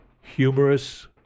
Humorous